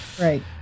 Right